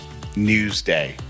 Newsday